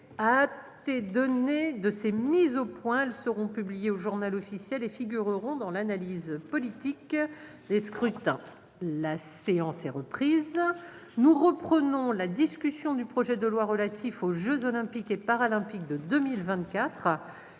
tu t'es donné de ces mises au point. Elles seront publiés au Journal officiel et figureront dans l'analyse politique. Les scrutins. La séance est reprise. Nous reprenons la discussion du projet de loi relatif aux Jeux olympiques et paralympiques de 2024.